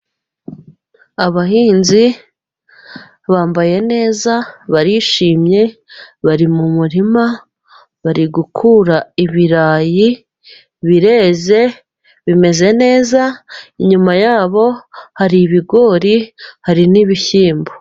Abahinzi bambaye neza barishimye bari mu murima bari gukura ibirayi bireze bimeze neza inyuma yabo hari ibigori hari n'ibishyimbo.